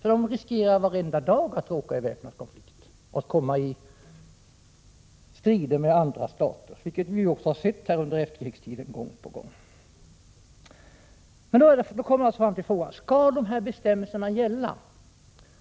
Man riskerar ju varenda dag att komma i väpnad konflikt och i strid med andra stater, vilket vi också har sett gång på gång under efterkrigstiden. Då kommer vi till frågan: Skall bestämmelserna gälla?